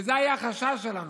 וזה היה החשש שלנו,